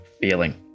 feeling